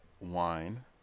wine